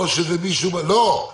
לא.